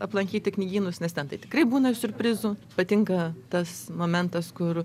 aplankyti knygynus nes ten tai tikrai būna siurprizų patinka tas momentas kur